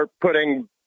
putting